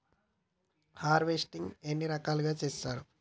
Harvesting ఎన్ని రకాలుగా చేస్తరు?